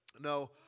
No